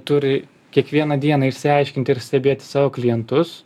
turi kiekvieną dieną išsiaiškinti ir stebėti savo klientus